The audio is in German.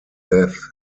death